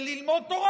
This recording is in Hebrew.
וללמוד תורה.